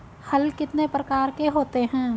हल कितने प्रकार के होते हैं?